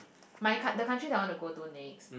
my coun~ the countries that I want to go to next